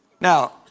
Now